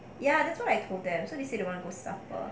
ya that's what I told them so they say they want to go supper